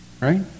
Right